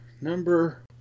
Number